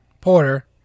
Porter